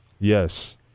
Yes